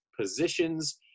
positions